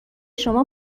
شما